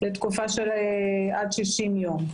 לתקופה של עד 60 יום.